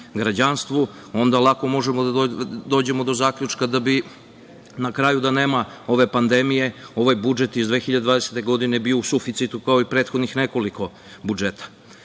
onda lako možemo da dođemo do zaključka da bi na kraju, da nema ove pandemije, ovaj budžet iz 2020. godine možda bio u suficitu, kao i prethodnih nekoliko budžeta. Ovoliki